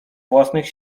własnych